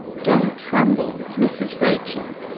don't tremble! mrs. rachael,